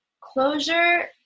closure